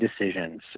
decisions